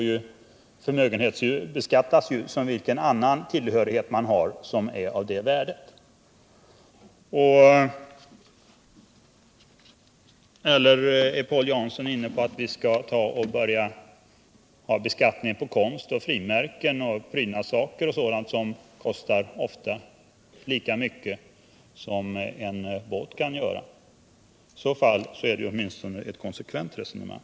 De förmögenhetsbeskattas som vilken annan tillhörighet som helst som är av det värdet. Eller är Paul Jansson inne på tanken att vi skall införa beskattning på konst, frimärken, prydnadssaker och sådant, som ofta kan kosta lika mycket som cen båt? I så fall är det åtminstone ett konsekvent resonemang.